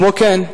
כמו כן,